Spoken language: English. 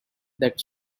that